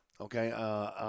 Okay